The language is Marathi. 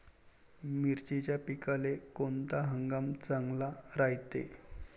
मिर्चीच्या पिकाले कोनता हंगाम चांगला रायते?